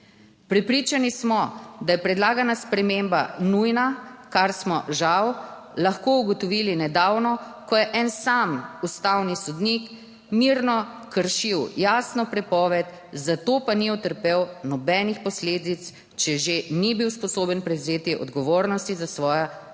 Prepričani smo, da je predlagana sprememba nujna, kar smo žal lahko ugotovili nedavno, ko je en sam ustavni sodnik mirno kršil jasno prepoved, za to pa ni utrpel nobenih posledic, če že ni bil sposoben prevzeti odgovornosti za svoja dejanja.